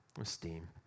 Esteem